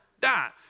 die